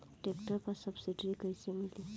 Tractor पर subsidy कैसे मिली?